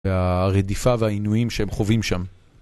והרדיפה והעינויים שהם חווים שם.